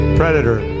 predator